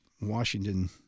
Washington